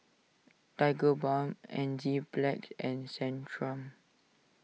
Tigerbalm Enzyplex and Centrum